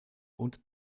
und